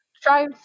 Try